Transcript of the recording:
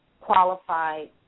qualified